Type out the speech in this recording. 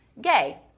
Gay